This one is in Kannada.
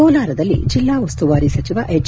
ಕೋಲಾರದಲ್ಲಿ ಜಿಲ್ಲಾ ಉಸ್ತುವಾರಿ ಸಚಿವ ಎಜ್